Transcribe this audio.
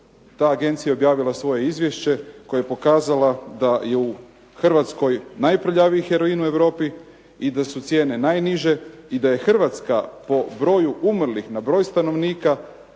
Ta agencija je objavila svoje izvješće koje je pokazala da je u Hrvatskoj najprljaviji heroin u Europi i da su cijene najniže, i da je Hrvatska po broju umrlih na broj stanovnika